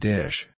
Dish